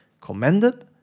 commended